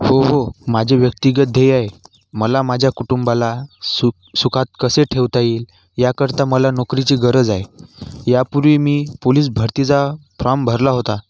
हो हो माझे व्यक्तिगत ध्येय आहे मला माझ्या कुटुंबाला सुक सुखात कसे ठेवता येईल या करता मला नोकरीची गरज आहे या पूर्वी मी पुलिस भर्तीचा फॉर्म भरला होता